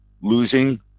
losing